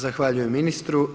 Zahvaljujem ministru.